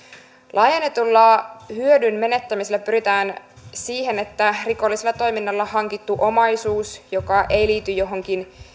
laajennetulla hyödyn menettämisellä pyritään siihen että rikollisella toiminnalla hankittu omaisuus joka ei liity johonkin